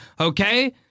okay